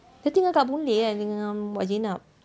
dia tinggal dekat boon lay kan dengan wak jenab